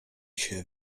się